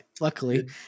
luckily